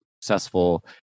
successful